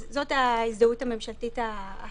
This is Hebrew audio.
זו ההזדהות הממשלתית החכמה.